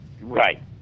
Right